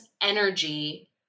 energy